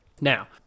Now